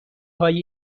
هایی